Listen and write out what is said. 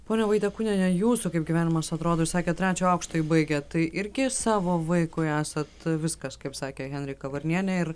pone vaitekūniene jūsų kaip gyvenimas atrodo jūs sakėt trečią aukštąjį baigėt tai irgi savo vaikui esat viskas kaip sakė henrika varnienė ir